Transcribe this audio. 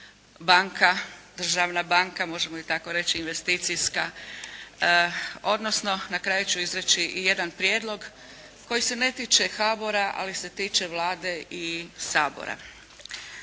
banka, državna banka možemo i tako reći, investicijska, odnosno na kraju ću izreći i jedan prijedlog koji se ne tiče HBOR-a, ali se tiče Vlade i Sabora.